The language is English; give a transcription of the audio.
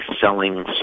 selling